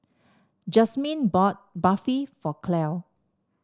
Jazmyn bought Barfi for Clell